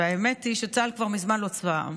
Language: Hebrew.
והאמת היא שצה"ל כבר מזמן לא צבא העם,